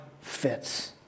fits